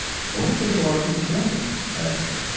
wonder if they get a lot of people going to them by accident.